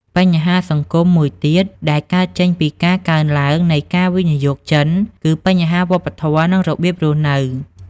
បញ្ហាសង្គមមួយទៀតដែលកើតចេញពីការកើនឡើងនៃការវិនិយោគចិន គឺបញ្ហាវប្បធម៌ និងរបៀបរស់នៅ។